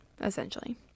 essentially